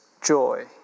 joy